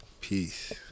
Peace